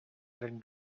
that